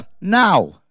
now